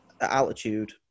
altitude